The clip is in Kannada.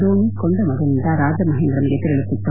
ದೋಣಿ ಕೊಂಡಮೊದಲಿನಿಂದ ರಾಜಮಹೇಂದ್ರಮ್ಗೆ ತೆರಳುತ್ತಿತ್ತು